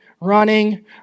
running